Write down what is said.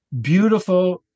beautiful